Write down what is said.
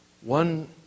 one